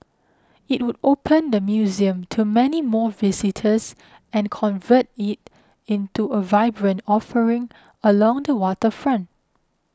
it would open the museum to many more visitors and convert it into a vibrant offering along the waterfront